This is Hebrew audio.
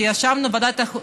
כשישבנו בוועדת העבודה,